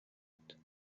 بود